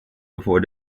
before